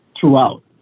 throughout